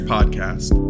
Podcast